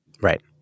Right